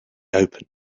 open